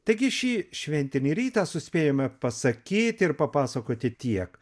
taigi šį šventinį rytą suspėjome pasakyti ir papasakoti tiek